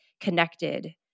connected